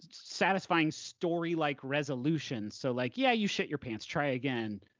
satisfying story-like resolution. so like, yeah, you shit your pants, try again,